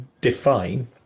define